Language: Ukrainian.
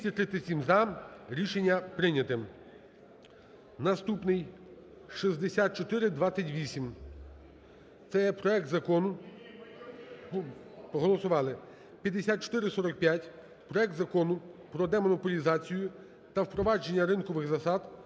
За-237 Рішення прийнято. Наступний: 6428. Це є проект Закону… Голосували. 5445: проект Закону про демонополізацію та впровадження ринкових засад